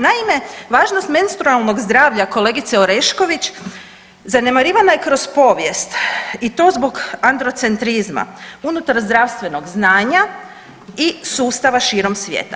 Naime, važnost menstrualnog zdravlja kolegice Orešković zanemarivana je kroz povijest i to zbog androcentrizma unutar zdravstvenog znanja i sustava širom svijeta.